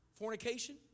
Fornication